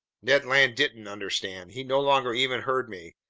ned land didn't understand. he no longer even heard me.